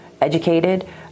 educated